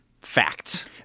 facts